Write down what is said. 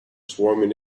swarming